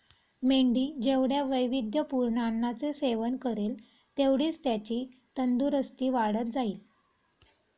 मेंढी जेवढ्या वैविध्यपूर्ण अन्नाचे सेवन करेल, तेवढीच त्याची तंदुरस्ती वाढत जाईल